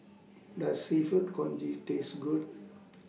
Does Seafood Congee Taste Good